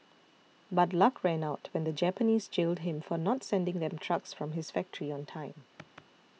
but luck ran out when the Japanese jailed him for not sending them trucks from his factory on time